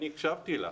אני הקשבתי לך.